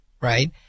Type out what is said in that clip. right